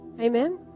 Amen